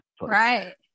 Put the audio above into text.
right